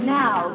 now